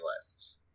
list